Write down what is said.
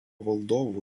valdovų